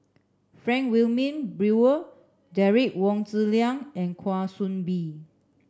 Frank Wilmin Brewer Derek Wong Zi Liang and Kwa Soon Bee